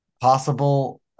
possible